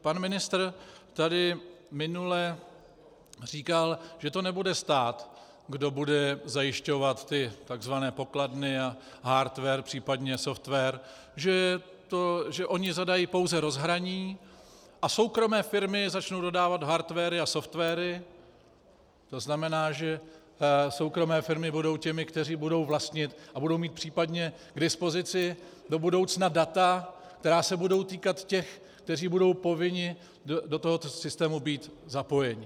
Pan ministr tady minule říkal, že to nebude stát, kdo bude zajišťovat ty tzv. pokladny a hardware, případně software, že oni zadají pouze rozhraní a soukromé firmy začnou dodávat hardware a software, to znamená, že soukromé firmy budou těmi, kteří budou vlastnit a budou mít případně k dispozici do budoucna data, která se budou týkat těch, kteří budou povinni do tohoto systému být zapojeni.